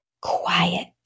quiet